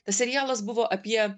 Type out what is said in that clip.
tas serialas buvo apie